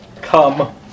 come